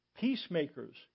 Peacemakers